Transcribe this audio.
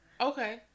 okay